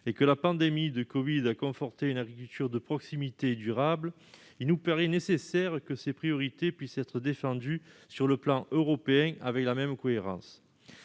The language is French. et que la pandémie de covid a conforté une agriculture de proximité et durable, il nous paraît nécessaire que cette agriculture puisse être défendue à l'échelon européen avec la même cohérence.